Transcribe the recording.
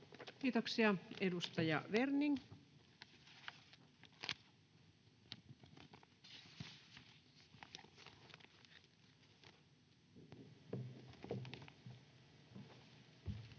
Kiitoksia. — Edustaja Werning. [Speech